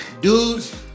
Dudes